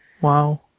Wow